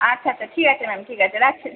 আচ্ছা আচ্ছা ঠিক আছে ম্যাম ঠিক আছে রাখছি